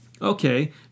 okay